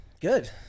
Good